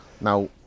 now